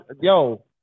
yo